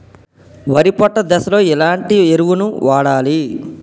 వరి పొట్ట దశలో ఎలాంటి ఎరువును వాడాలి?